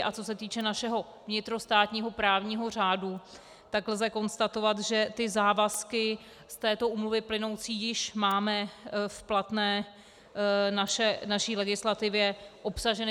A co se týče našeho vnitrostátního právního řádu, tak lze konstatovat, že závazky z této úmluvy plynoucí již máme v platné naší legislativě obsaženy.